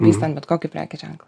vystant bet kokį prekės ženklą